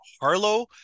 harlow